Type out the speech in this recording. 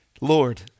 Lord